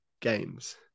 games